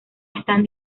están